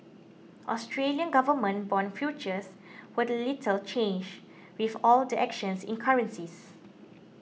Australian government bond futures were little changed with all the actions in currencies